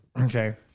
Okay